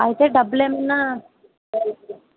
అయితే డబ్బులేమన్నా